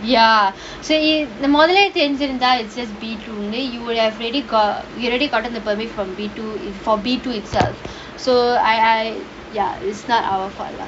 ya say இது மொதல்லையே தெரிஞ்சிருந்தா:ithu modallayae thrinjirunthaa it's just B two then you would have already got you already gotten the permit from B two for B two itself so I I ya it's not our fault lah